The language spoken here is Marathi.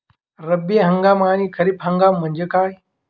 रब्बी हंगाम आणि खरीप हंगाम म्हणजे काय?